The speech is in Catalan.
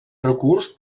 recurs